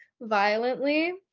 violently